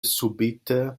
subite